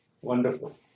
Wonderful